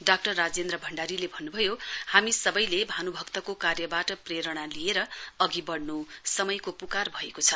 doctor Rajendra भण्डारीले भन्नुभयो हामी सबैले भानुभक्तको कार्यबाट प्रेणा लिएर अघि बढ़नु समयको पुकार भएको छ